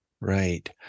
Right